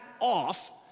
off